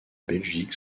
belgique